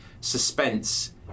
suspense